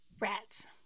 Rats